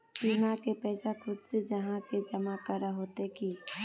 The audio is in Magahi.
बीमा के पैसा खुद से जाहा के जमा करे होते की?